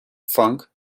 funk